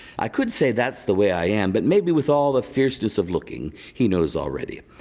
i could say that's the way i am but maybe with all the fierceness of looking, he knows already.